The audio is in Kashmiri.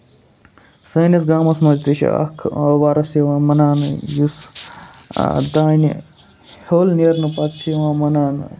سٲنِس گامَس منٛز تہِ چھُ اکھ وۄرُس یِوان مَناونہٕ یُس دانہِ ہیٚول نیرنہٕ پَتہٕ چھُ یِوان مناونہٕ